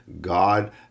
god